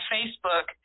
Facebook